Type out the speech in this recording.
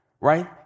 right